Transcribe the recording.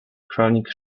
chronic